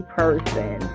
person